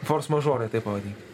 fors mažorai taip pavadinkim